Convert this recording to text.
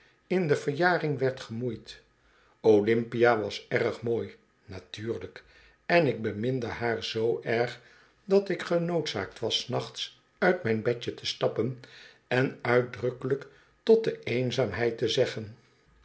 in de verjaring werd gemoeid olympia was erg mooi natuurlijk en ik beminde haar zoo erg dat ik genoodzaakt was s nachts uit mijn bedje te stappen en uitdrukkelijk tot de eenzaamheid te zeggen